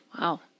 Wow